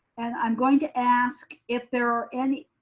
and i'm going to ask if there are any,